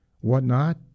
whatnot